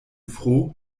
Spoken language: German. froh